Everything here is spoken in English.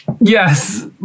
Yes